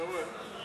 חבר'ה,